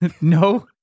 no